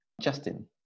Justin